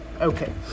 Okay